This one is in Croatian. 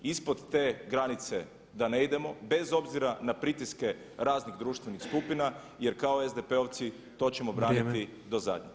Ispod te razine da ne idemo bez obzira na pritiske raznih društvenih skupina jer kao SDP-ovci to ćemo braniti do zadnjeg.